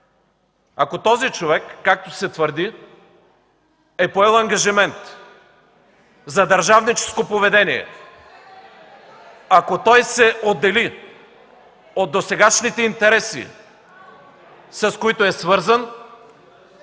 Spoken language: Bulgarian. Ако този човек, както се твърди, е поел ангажимент за държавническо поведение (реплики от ГЕРБ), ако той се отдели от досегашните интереси, с които е свързан